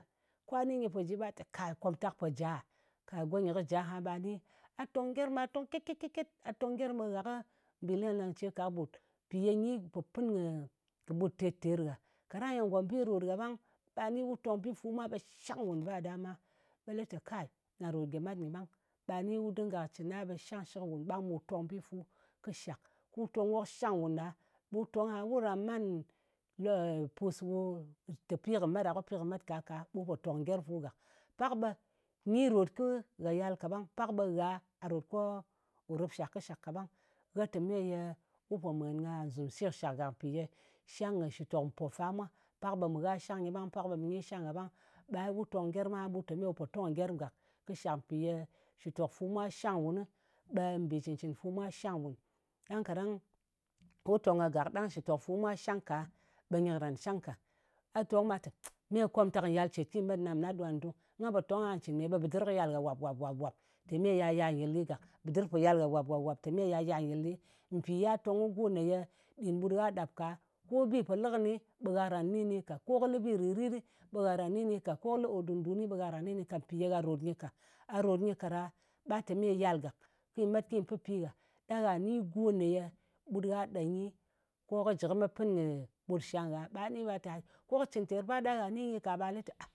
Kwa ni nyɨ po ji, ɓa lɨ te, komtak pò ja! Go nyɨ kɨ jɨ aha ɓa ni, a tong gyerm ɓa tong ket-ket-ket-ket. A tong gyerm ɓe gha kɨ mbì leng-leng ce ka kɨɓut. Mpì ye nyi pò pɨn kɨ ɓut ter-ter ngha. Kaɗang ye ngombi rot gha ɓang, ɗa ni wu tong bi fu mwa ɓe shang nwùn ba ɗama, ɓe lɨ tè kai, nga ròt gyemat nyɨ ɓang. Ɓa ni wu dinga cɨn a, ɓe shangshɨk nwùn ɓang ɓu tong bi fu kɨ shak. Ku tong ko kɨ shang nwùn ɗa, ɓu tong wù ran man, ye pus wu, te pi kɨ met ɗa, ko pi kɨ met ka ka, ɓe wun po tong gyerm fu gak. Pak ɓe nyi rot ko gha yal kaɓang. Pak ɓe gha a ròt ko wù rìpshak kɨ shàk kaɓang. Gha te meye wu po mwen ka zɨm shi kɨ shak gàk, mpì ye shang kɨ shitok mpo fa mwa. Pak ɓe mɨ gha shang nyɨ ɓang, pak ɓe mɨ nyi shang gha ɓang, ɓa wu tong gyerm a ɓu te me wu pò tong gyerm gak kɨ shak, mpi ye shitok fu mwa shang nwùn, ɓe mbì cɨn-cɨn fu mwa shang nwùn. Ɗang kaɗang wu tong kagak ɗang shitok fu mwa shang ka, ɓe nyɨ karan shang ka. A tong ɓa tè, me komtak nyɨ yal cèt ki metɗɨ, mɨna ɗo ngan dung. Nga pò tong ko nga cɨn me, ɓe bɨdɨr kɨ yal gha wàp-wàp-wàp. Te me ya yal yɨl ɗi gak. Bɨdɨr po yal gha wàp-wàp-wàp, te me ya yal nyɨl ɗi. Mpì ya tong kɨ go me ye ɗin ɓut gha ɗap ka, ko bi po lɨ kɨni ba ran ni kɨni ka. Ko kɨ lí bi rìt-rit ɓe gha karan ni kɨni ka, ko kɨ lɨ kò dun-dun ɓe gha karan ni kɨni ka, mpì ye gha ròt nyɨ ka. A rot nyɨ ka ɗa, ɓa te me yal gak, kì met ki pɨpi ghà. Ɗang gha ni go ne ye ɓut gha ɗa nyi, ko kɨ jɨ kɨ met pɨn kɨ, ɓutshang gha, ko kɨ cɨn ter bap ɗang gha ni nyɨ ka, kwa ni nyɨ po ji ɓa lɨ tè, a